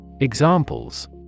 Examples